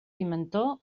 pimentó